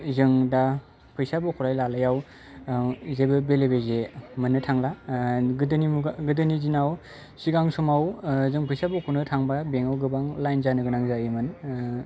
जों दा फैसा बख'लाय लालायाव जेबो बेले बेजे मोननो थांला गोदोनि मुगा गोदोनि दिनाव सिगां समाव जों फैसा बख'नो थांबा बेंकआव गोबां लाइन जानो गोनां जायोमोन